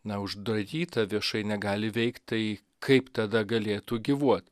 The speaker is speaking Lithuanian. na uždaryta viešai negali veikt tai kaip tada galėtų gyvuot